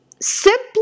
Simply